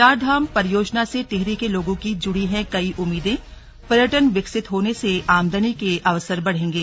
चारधाम परियोजना से टिहरी के लोगों की जुड़ी हैं कई उम्मीदेंपर्यटन विकसित होने से आमदनी के अवसर बढ़ेंगे